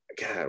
god